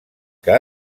que